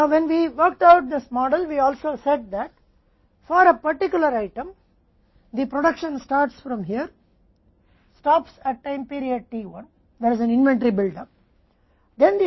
अब जब हमने इस मॉडल पर काम किया तो हमने यह भी कहा कि किसी विशेष वस्तु के लिए उत्पादन यहाँ से शुरू होता है समय अवधि t1 पर रुक जाता है जो कि एक इन्वेंट्री बिल्डअप है